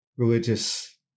religious